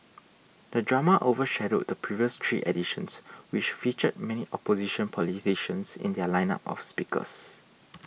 the drama overshadowed the previous three editions which featured many opposition politicians in their lineup of speakers